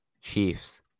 Chiefs